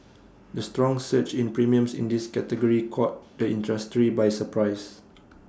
the strong surge in premiums in this category caught the industry by surprise